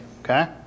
okay